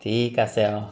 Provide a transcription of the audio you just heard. ঠিক আছে অঁ